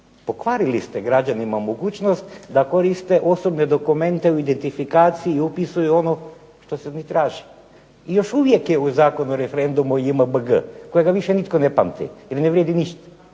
Pokvarili ste građanima mogućnost da koriste osobne dokumente u identifikaciji i upisuju ono što se ne traži. Još uvijek je u Zakonu o referendumu JMBG kojega više nitko ne pamti, jer ne vrijedi ništa.